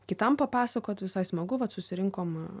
kitam papasakot visai smagu vat susirinkom